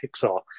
Pixar